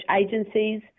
agencies